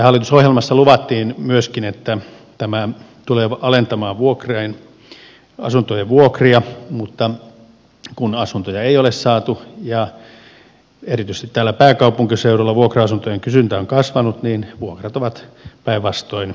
hallitusohjelmassa luvattiin myöskin että tämä tulee alentamaan asuntojen vuokria mutta kun asuntoja ei ole saatu ja erityisesti täällä pääkaupunkiseudulla vuokra asuntojen kysyntä on kasvanut niin vuokrat ovat päinvastoin nousseet